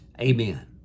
amen